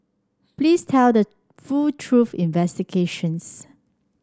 please tell the full truth investigations